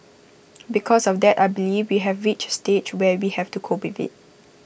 because of that I believe we have reached A stage where we have to cope with IT